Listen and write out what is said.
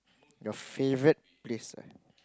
your favorite place right